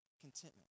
contentment